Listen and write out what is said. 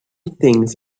things